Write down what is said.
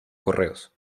correos